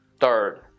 Third